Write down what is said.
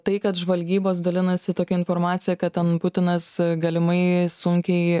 tai kad žvalgybos dalinasi tokia informacija kad ten putinas galimai sunkiai